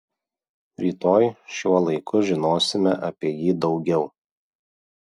rytoj šiuo laiku žinosime apie jį daugiau